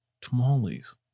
tamales